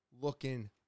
looking